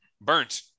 Burnt